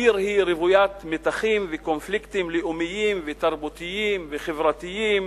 העיר רוויית מתחים וקונפליקטים לאומיים ותרבותיים וחברתיים,